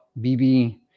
BB